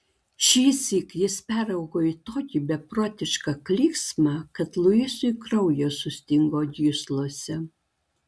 šįsyk jis peraugo į tokį beprotišką klyksmą kad luisui kraujas sustingo gyslose